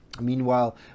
Meanwhile